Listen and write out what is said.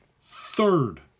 third